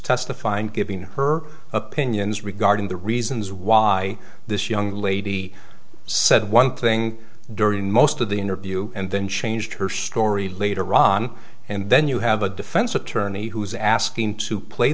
testifying giving her opinions regarding the reasons why this young lady said one thing during most of the interview and then changed her story later ron and then you have a defense attorney who is asking to play